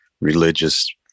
religious